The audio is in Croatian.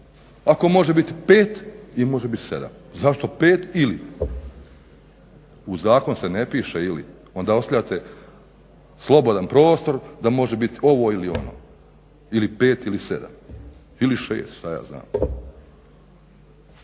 ako može biti 5 i može biti 7. Zašto 5 ili. U zakon se ne piše ili, onda ostavljate slobodan prostor da može biti ovo ili ono, ili 5 ili 7 ili 6. Prema tome,